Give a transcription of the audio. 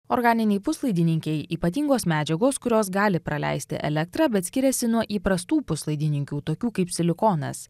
organiniai puslaidininkiai ypatingos medžiagos kurios gali praleisti elektrą bet skiriasi nuo įprastų puslaidininkių tokių kaip silikonas